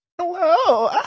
Hello